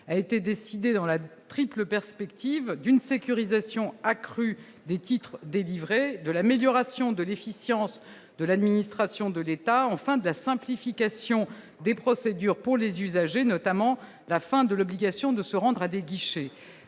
a été décidé dans la triple perspective d'une sécurisation accrue des titres délivrés de l'amélioration de l'efficience de l'administration de l'État, enfin de la simplification des procédures pour les usagers, notamment la fin de l'obligation de se rendre à des guichets